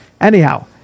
Anyhow